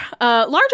larger